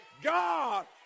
God